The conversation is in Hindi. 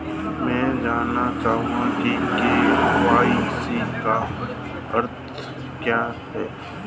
मैं जानना चाहूंगा कि के.वाई.सी का अर्थ क्या है?